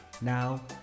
now